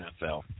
NFL